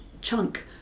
chunk